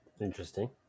Interesting